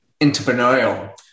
entrepreneurial